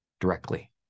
directly